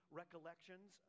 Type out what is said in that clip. recollections